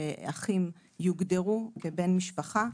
שאחים יוגדרו כבן משפחה,